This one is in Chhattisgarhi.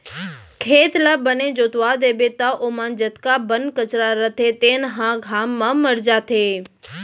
खेत ल बने जोतवा देबे त ओमा जतका बन कचरा रथे तेन ह घाम म मर जाथे